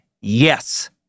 Yes